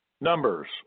numbers